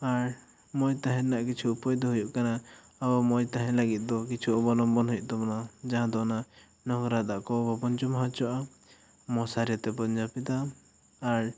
ᱟᱨ ᱢᱚᱡᱽ ᱛᱟᱦᱮᱱ ᱱᱟᱜ ᱠᱤᱪᱷᱩ ᱩᱯᱟᱹᱭ ᱫᱚ ᱦᱩᱭᱩᱜ ᱠᱟᱱᱟ ᱟᱚ ᱢᱚᱡᱽ ᱛᱟᱦᱮᱱ ᱞᱟᱹᱜᱤᱫ ᱫᱚ ᱠᱤᱪᱷᱩ ᱚᱵᱚᱱᱚᱢᱵᱚᱱ ᱦᱩᱭᱩᱜ ᱛᱟᱵᱚᱱᱟ ᱡᱟᱦᱟᱸ ᱫᱚ ᱚᱱᱟ ᱱᱚᱝᱨᱟ ᱫᱟᱜ ᱠᱚ ᱵᱟᱵᱚᱱ ᱡᱚᱢᱟ ᱦᱚᱪᱚᱣᱟᱜᱼᱟ ᱢᱚᱥᱟᱨᱤ ᱛᱮᱵᱚᱱ ᱡᱟᱹᱯᱤᱫᱟ ᱟᱨ